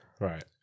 Right